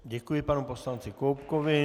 Děkuji panu poslanci Koubkovi.